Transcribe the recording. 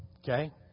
okay